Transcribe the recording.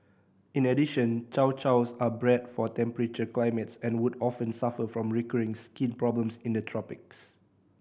in addition Chow Chows are bred for temperate climates and would often suffer from recurring skin problems in the tropics